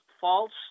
false